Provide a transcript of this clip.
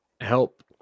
help